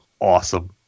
Awesome